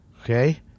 okay